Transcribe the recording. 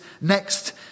next